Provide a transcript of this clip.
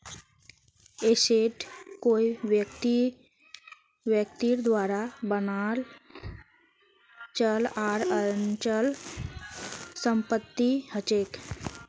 asset कोई व्यक्तिर द्वारा बनाल चल आर अचल संपत्ति हछेक